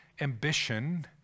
ambition